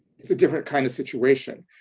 it's a different kind of situation,